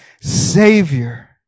Savior